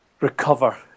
recover